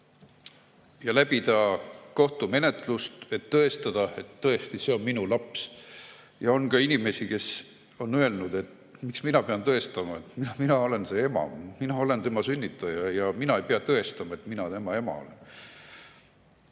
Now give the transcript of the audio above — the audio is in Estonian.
ja läbida kohtumenetlust, et tõestada: see on minu laps. On ka inimesi, kes on öelnud, et miks mina pean tõestama. Mina olen see ema, mina olen oma lapse sünnitaja ja mina ei pea tõestama, et mina tema ema olen.